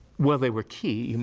well, they were key.